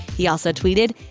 he also tweeted,